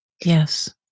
yes